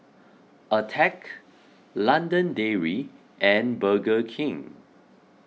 Attack London Dairy and Burger King